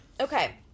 okay